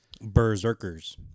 Berserkers